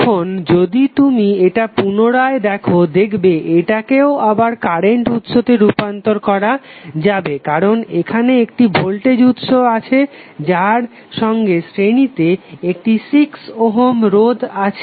এখন যদি তুমি এটা পুনরায় দেখো দেখবে এটাকেও আবার কারেন্ট উৎসতে রূপান্তর করা যাবে কারণ এখানে একটি ভোল্টেজ উৎস আছে যার সঙ্গে শ্রেণীতে একটি 6 ওহম রোধ আছে